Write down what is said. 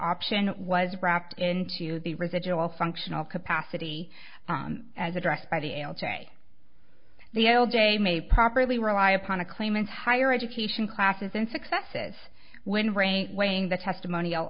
option was wrapped into the residual functional capacity as addressed by the l j the old days may properly rely upon a claimant's higher education classes in successes when brain weighing the testimonial